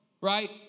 right